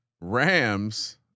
Rams